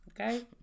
okay